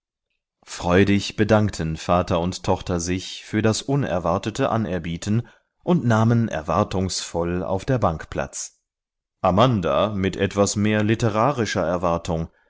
freudig bedankten vater und tochter sich für das unerwartete anerbieten und nahmen erwartungsvoll auf der bank platz amanda mit etwas mehr als literarischer erwartung